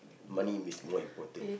money is more important